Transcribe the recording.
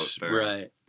Right